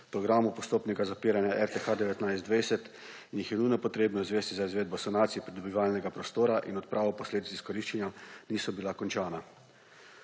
programu postopnega zapiranja RTH 2019–2020 in jih je nujno potrebno izvesti za izvedbo sanacije pridobivalnega prostora in odpravo posledic izkoriščanja, niso bila končana.